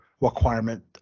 requirement